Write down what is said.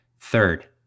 Third